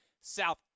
south